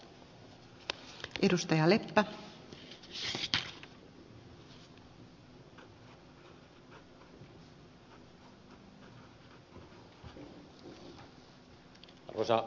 arvoisa rouva puhemies